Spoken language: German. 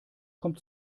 kommt